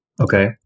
Okay